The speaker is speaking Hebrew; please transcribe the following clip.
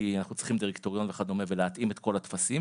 כי אנחנו צריכים דירקטוריון וכדומה ולהתאים את כל הטפסים,